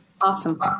Awesome